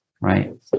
right